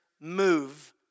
move